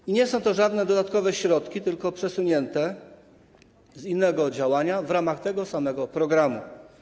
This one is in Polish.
I nie są to żadne dodatkowe środki, tylko środki przesunięte z innego działania w ramach tego samego programu.